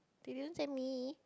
they didn't send me